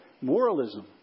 moralism